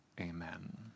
amen